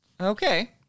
Okay